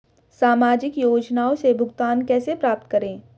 सामाजिक योजनाओं से भुगतान कैसे प्राप्त करें?